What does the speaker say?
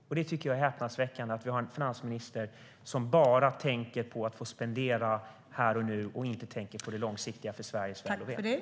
Jag tycker att det är häpnadsväckande att vi har en finansminister som bara tänker på att få spendera här och nu och inte tänker på det långsiktiga för Sveriges väl och ve.